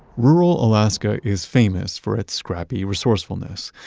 rural alaska is famous for its scrappy resourcefulness.